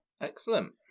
Excellent